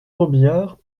robiliard